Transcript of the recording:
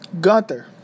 Gunther